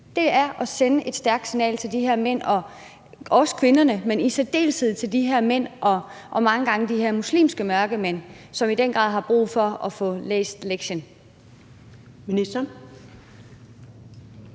Det er at sende et stærkt signal til de her mænd og også kvinder, men i særdeleshed til de her mænd, der mange gange er muslimske mørkemænd, som i den grad har brug for at få læst lektien. Kl.